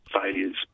failures